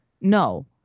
No